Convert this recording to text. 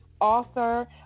author